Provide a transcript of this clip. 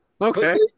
okay